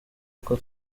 uko